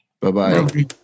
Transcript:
bye-bye